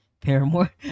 paramore